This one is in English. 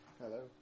Hello